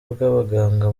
bw’abaganga